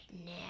now